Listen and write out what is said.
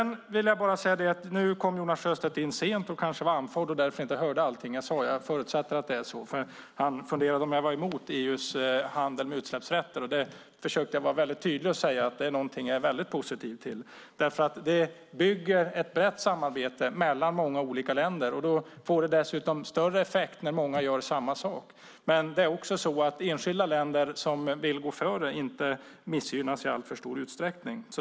Nu kom Jonas Sjöstedt in sent och kanske var andfådd och därför inte hörde allting som jag sade. Jag förutsätter att det var så, för han funderade på om jag är emot EU:s handel med utsläppsrätter. Jag försökte ju vara tydlig med att säga att det är någonting som jag är väldigt positiv till, därför att det bygger ett brett samarbete mellan många olika länder. Det får dessutom större effekt när många gör samma sak. Men det gäller också att enskilda länder som vill gå före inte missgynnas i alltför stor utsträckning.